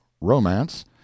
romance